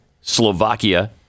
Slovakia